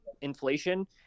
inflation